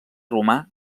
romà